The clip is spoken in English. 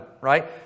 right